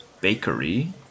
bakery